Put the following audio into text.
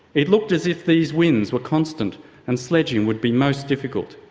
it looked as if these winds were constant and sledging would be most difficult.